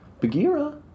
Bagheera